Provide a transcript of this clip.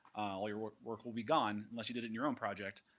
all your work work will be gone unless you do it in your own project,